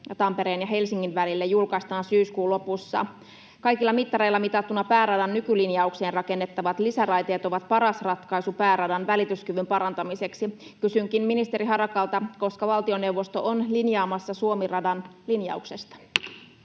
Tampereen ja Helsingin välille julkaistaan syyskuun lopussa. Kaikilla mittareilla mitattuna pääradan nykylinjauksiin rakennettavat lisäraiteet ovat paras ratkaisu pääradan välityskyvyn parantamiseksi. Kysynkin ministeri Harakalta: koska valtioneuvosto on linjaamassa Suomi-radan linjauksesta?